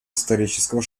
исторического